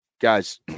guys